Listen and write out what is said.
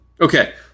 Okay